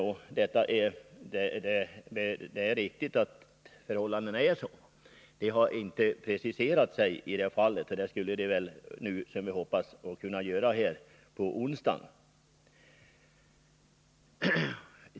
Det är riktigt att förhållandena är sådana som arbetsmarknadsministern redovisade. Nämn Nr 20 den har inte preciserat sig i detta fall. Men det skulle den, som vi hoppas, kunna göra nu på onsdag.